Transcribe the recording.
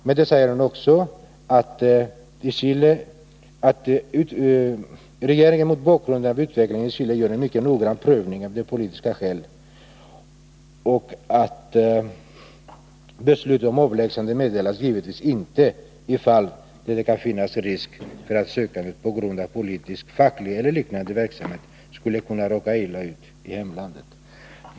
Men hon säger också att regeringen mot bakgrund av utvecklingen i Chile gör en mycket noggrann prövning av de politiska skälen och att beslut om avlägsnande givetvis inte meddelas i fall där det kan finnas risk för att sökanden på grund av politisk, facklig eller liknande verksamhet skulle kunna råka illa ut i hemlandet.